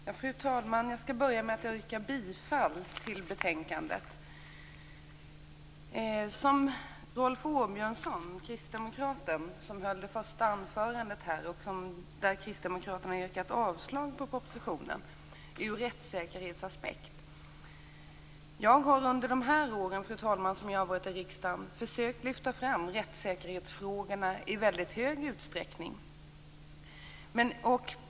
Fru talman! Jag skall börja med att yrka bifall till hemställan i betänkandet. Kristdemokraten Rolf Åbjörnsson höll det första anförandet. Kristdemokraterna har ur rättssäkerhetsaspekt yrkat avslag på propositionen. Jag har under de år jag har suttit i riksdagen, fru talman, i hög utsträckning försökt att lyfta fram rättssäkerhetsfrågorna.